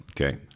Okay